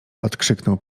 odkrzyknął